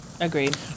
Agreed